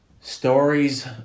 stories